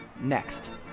Next